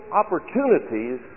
opportunities